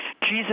Jesus